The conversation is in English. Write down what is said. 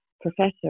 professor